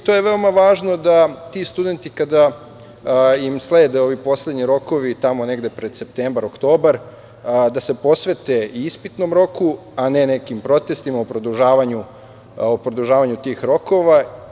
To je veoma važno da ti studenti kada im slede ovi poslednji rokovi tamo negde pred septembar, oktobar, da se posvete ispitnom roku, a ne nekim protestima o produžavanju tih rokova.